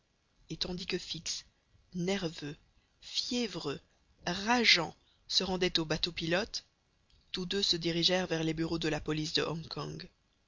et tandis que fix nerveux fiévreux rageant se rendait au bateau pilote tous deux se dirigèrent vers les bureaux de la police de